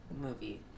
movie